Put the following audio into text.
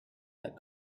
that